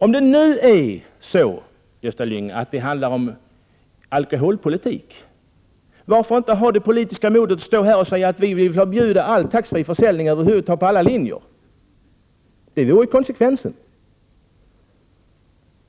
Om det nu är så, Gösta Lyngå, att det handlar om alkoholpolitik, varför då inte ha det politiska modet att säga att ni vill förbjuda all skattefri försäljning över huvud taget på alla linjer. Det vore konsekvent.